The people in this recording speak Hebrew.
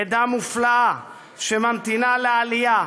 עדה מופלאה שממתינה לעלייה